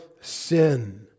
sin